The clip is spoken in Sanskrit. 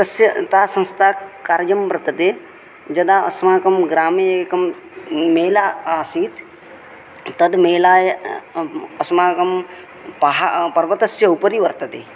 तस्य ता संस्था कार्यं वर्तते यदा अस्माकं ग्रामे एकं मेला आसीत् तद् मेला अस्माकं पहा पर्वतस्य उपरि वर्तते